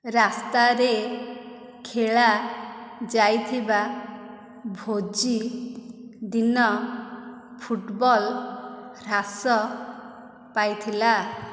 ରାସ୍ତାରେ ଖେଳାଯାଇଥିବା ଭୋଜି ଦିନ ଫୁଟବଲ୍ ହ୍ରାସ ପାଇଥିଲା